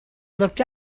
looked